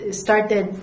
started